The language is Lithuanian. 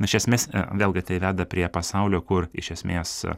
nu iš esmės vėlgi tai veda prie pasaulio kur iš esmės